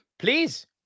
Please